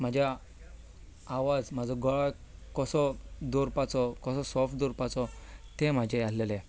म्हजो आवाज म्हजो गळो कसो दवरपाचो कसो सॉफ्ट दवरपाचो तें म्हजें हें आशिल्लें